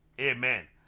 Amen